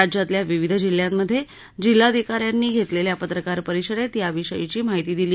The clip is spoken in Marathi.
राज्यातल्या विविध जिल्ह्यांमधे जिल्हाधिका यांनी घेतलेल्या पत्रकार परिषदेत याविषयीची माहिती दिली